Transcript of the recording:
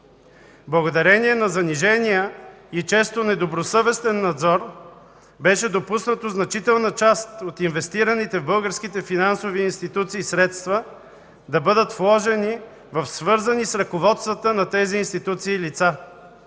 Благодарение на занижения и често недобросъвестен надзор беше допуснато значителна част от инвестираните в българските финансови институции средства да бъдат вложени в свързани с ръководствата на тези институции лица.